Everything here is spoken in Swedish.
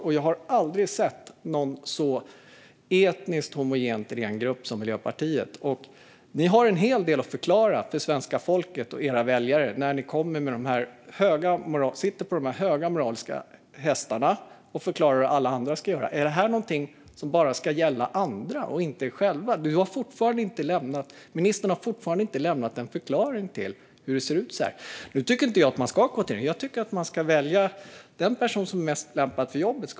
Men jag har aldrig sett någon så etniskt homogent ren grupp som Miljöpartiet. Ni har en hel del att förklara för svenska folket och era väljare när ni sitter på de här höga moraliska hästarna och förklarar hur alla andra ska göra. Är detta något som bara ska gälla andra och inte er själva? Ministern har fortfarande inte lämnat någon förklaring till varför det ser ut så här. Jag tycker visserligen inte att man ska ha kvotering. Jag tycker att man ska välja den person som är mest lämpad för jobbet.